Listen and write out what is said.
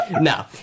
No